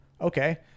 Okay